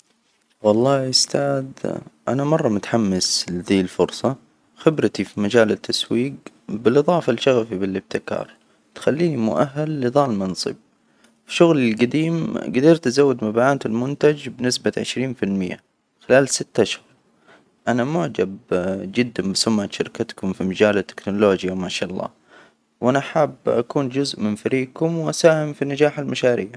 والله أستاذ أنا مرة متحمس لذي الفرصة، خبرتي في مجال التسويق، بالإضافة لشغفي بالإبتكار، تخليني مؤهل لذا المنصب، شغلي الجديم قدرت أزود مبيعات المنتج بنسبة عشرين فى المئة خلال ست أشهر، أنا معجب جدا بسمعة شركتكم في مجال التكنولوجيا ما شاء الله، وأنا حاب أكون جزء من فريجكم وأساهم في نجاح المشاريع.